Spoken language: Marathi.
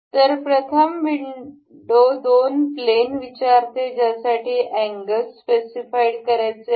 तर प्रथम विंडो दोन प्लेन विचारते ज्यासाठी अँगल्स स्पेसिफाईड करायचे आहेत